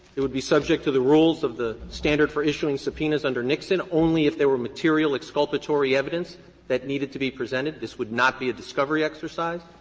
it would be subject to the rules of the standard for issuing subpoenas under nixon only if there were material exculpatory evidence that needed to be presented. this would not be a discovery exercise.